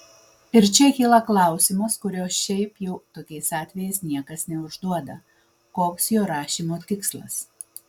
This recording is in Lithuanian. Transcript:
ir čia kyla klausimas kurio šiaip jau tokiais atvejais niekas neužduoda koks jo rašymo tikslas